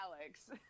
Alex